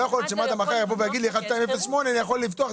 לא יכול להיות שמד"א מחר יבואו ויגידו לי ש-1208 יכול לפתוח,